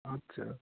আচ্ছা